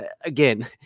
again